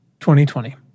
2020